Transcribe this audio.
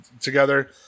together